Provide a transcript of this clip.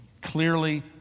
clearly